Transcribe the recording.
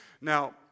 Now